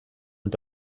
und